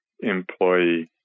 employee